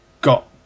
got